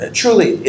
truly